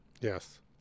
Yes